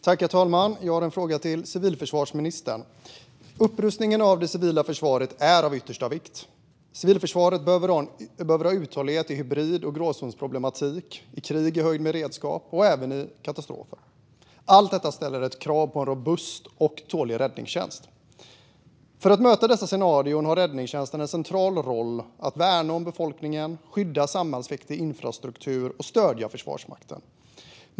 Herr talman! Jag har en fråga till civilförsvarsministern. Upprustningen av det civila försvaret är av yttersta vikt. Civilförsvaret behöver ha uthållighet i hybrid och gråzonsproblematik, i krig, i höjd beredskap och även i katastrofer. Allt detta ställer krav på en robust och tålig räddningstjänst. För att möta dessa scenarier har räddningstjänsten en central roll att värna om befolkningen, skydda samhällsviktig infrastruktur och stödja Försvarsmakten.